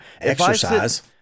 exercise